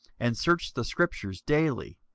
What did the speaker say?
and searched the scriptures daily,